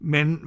Men